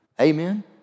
Amen